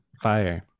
fire